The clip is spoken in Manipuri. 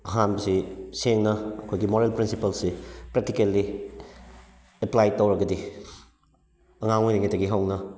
ꯑꯍꯥꯟꯕꯁꯤ ꯁꯦꯡꯅ ꯑꯩꯈꯣꯏꯒꯤ ꯃꯣꯔꯦꯜ ꯄ꯭ꯔꯤꯟꯁꯤꯄꯜꯁꯁꯤ ꯄ꯭ꯔꯦꯛꯇꯤꯀꯦꯜꯂꯤ ꯑꯦꯄ꯭ꯂꯥꯏ ꯇꯧꯔꯒꯗꯤ ꯑꯉꯥꯡ ꯑꯣꯏꯔꯤꯉꯩꯗꯒꯤ ꯍꯧꯅ